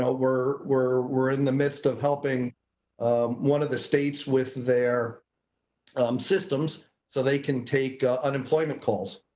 ah we're, we're we're in the midst of helping um one of the states with their um systems so. they can take unemployment calls.